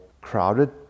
crowded